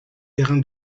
terrain